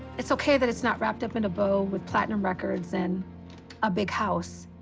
it's o k. that it's not wrapped up in a bow with platinum records and a big house.